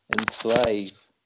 enslave